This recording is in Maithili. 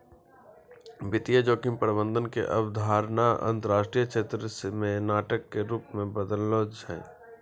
वित्तीय जोखिम प्रबंधन के अवधारणा अंतरराष्ट्रीय क्षेत्र मे नाटक रो रूप से बदललो छै